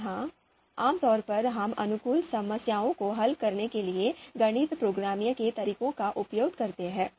यहां आमतौर पर हम अनुकूलन समस्याओं को हल करने के लिए गणितीय प्रोग्रामिंग के तरीकों का उपयोग करते हैं